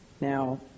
Now